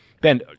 Ben